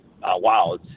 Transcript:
wow